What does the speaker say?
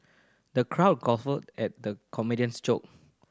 the crowd guffawed at the comedian's joke